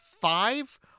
five